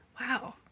Wow